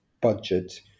budget